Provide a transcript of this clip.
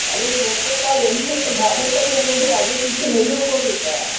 अरे रोको का यही है तो ढाबे पर रोको फिर आगे पीछे नहीं रोकोगे क्या